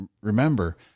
remember